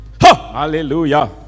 Hallelujah